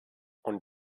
und